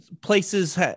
places